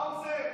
האוזר,